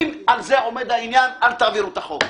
אם על העניין הזה עומד העניין, אל תעבירו את החוק.